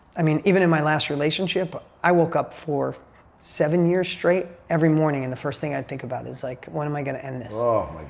i mean, even in my last relationship, i woke up for seven years straight every morning and the first thing i'd think about is like, when am i going to end this?